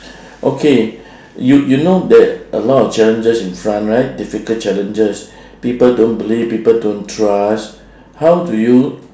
okay you you know there a lot of challenges in front right difficult challenges people don't believe people don't trust how do you